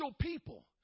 people